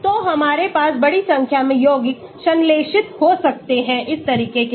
तो हमारे पास बड़ी संख्या में यौगिक संश्लेषित हो सकते हैं इस तरीके के बाद